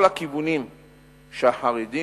שהם